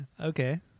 okay